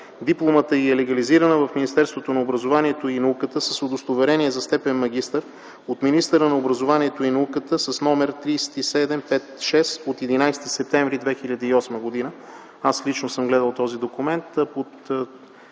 дипломата й е легализирана в Министерството на образованието и науката с удостоверение за степен „магистър” от министъра на образованието и науката № 3756 от 11 септември 2008 г. Аз лично съм гледал този документ,